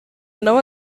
nawe